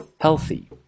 healthy